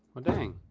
well, dang.